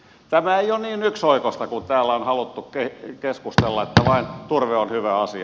tämä ei ole niin yksioikoista kuin täällä on haluttu keskustella että turve on vain hyvä asia